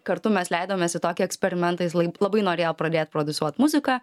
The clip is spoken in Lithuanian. kartu mes leidomės į tokį eksperimentą jis labai norėjo pradėt prodiusuot muziką